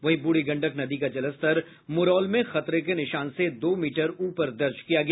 वहीं बूढ़ी गंडक नदी का जलस्तर मुरौल में खतरे के निशान से दो मीटर ऊपर दर्ज किया गया